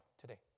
today